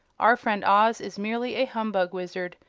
our friend oz is merely a humbug wizard,